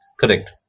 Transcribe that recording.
correct